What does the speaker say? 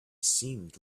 seemed